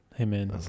Amen